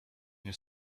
nie